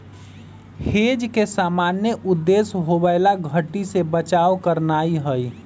hedge के सामान्य उद्देश्य होयबला घट्टी से बचाव करनाइ हइ